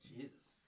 Jesus